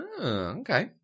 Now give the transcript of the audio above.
Okay